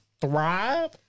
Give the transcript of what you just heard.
thrive